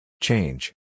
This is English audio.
Change